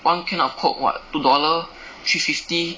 one can of coke [what] two dollar three fifty